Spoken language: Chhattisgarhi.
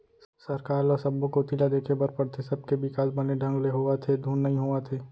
सरकार ल सब्बो कोती ल देखे बर परथे, सबके बिकास बने ढंग ले होवत हे धुन नई होवत हे